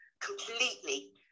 completely